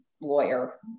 lawyer